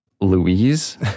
Louise